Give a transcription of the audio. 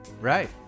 Right